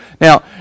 Now